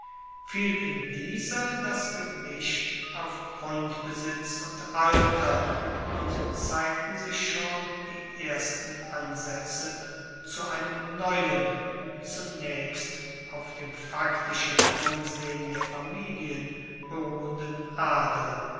fiel in dieser das gewicht auf grundbesitz und alter und zeigten sich schon die ersten ansaetze zu einem neuen zunaechst auf dem faktischen ansehen der familien beruhenden adel